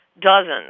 dozens